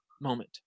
moment